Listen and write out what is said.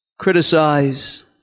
criticize